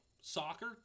soccer